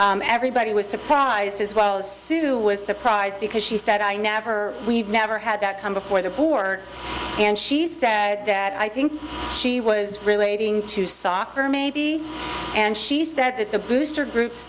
right everybody was surprised as well as soon was surprised because she said i never we've never had that come before the war and she said that i think she was relating to soccer maybe and she said that the booster groups